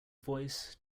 voice